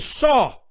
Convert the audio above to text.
saw